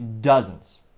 dozens